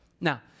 Now